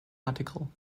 article